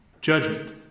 Judgment